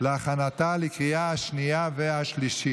עד שיגיעו התוצאות אני רוצה להודיע שהשר איתמר בן גביר מסר